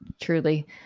truly